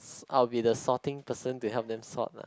I will be the sorting person to help them sort lah